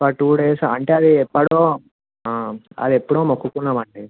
ఒక two days అంటే అది ఎప్పుడో అది ఎప్పుడో మొక్కుకున్నాం అండి